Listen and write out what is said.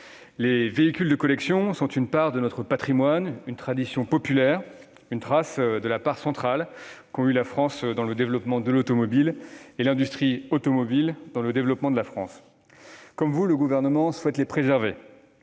Les véhicules de collection sont une part de notre patrimoine, une tradition populaire, une trace de la place centrale qu'ont eue la France dans le développement de l'automobile et l'industrie automobile dans le développement de la France. Comme vous, le Gouvernement souhaite les préserver.